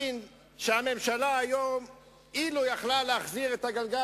היום הסמרטוטים האלה נותנים לך לגיטימציה